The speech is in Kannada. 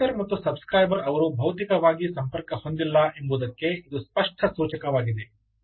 ಪಬ್ಲಿಶರ್ ಮತ್ತು ಸಬ್ ಸ್ಕ್ರೈಬರ್ ಅವರು ಭೌತಿಕವಾಗಿ ಸಂಪರ್ಕ ಹೊಂದಿಲ್ಲ ಎಂಬುದಕ್ಕೆ ಇದು ಸ್ಪಷ್ಟ ಸೂಚಕವಾಗಿದೆ